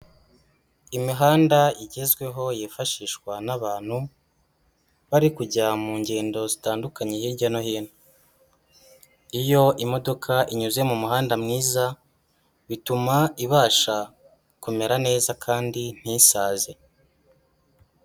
Imihanda igezweho yifashishwa n'abantu bari kujya mu ngendo zitandukanye hirya no hino, iyo imodoka inyuze mu muhanda mwiza, bituma ibasha kumera neza kandi ntisaze.